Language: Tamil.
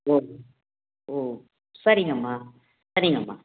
ஓ ஓ சரிங்கம்மா சரிங்கம்மா